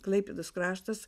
klaipėdos kraštas